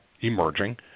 emerging